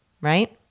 right